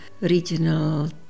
regional